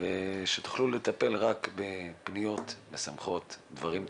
ושתוכלו לטפל רק בפניות משמחות ובדברים טובים.